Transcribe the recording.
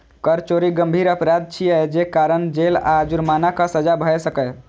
कर चोरी गंभीर अपराध छियै, जे कारण जेल आ जुर्मानाक सजा भए सकैए